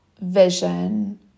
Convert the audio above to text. vision